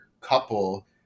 couple